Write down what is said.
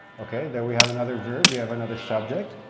okay, there we have another verb, we have another subject.